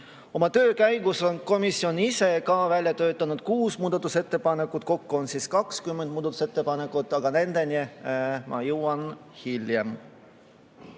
Oma töö käigus on komisjon ise välja töötanud kuus muudatusettepanekut, seega kokku on 20 muudatusettepanekut, aga nendeni ma jõuan hiljem.